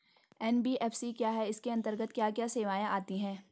NBFC क्या है इसके अंतर्गत क्या क्या सेवाएँ आती हैं?